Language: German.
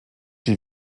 die